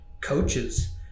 coaches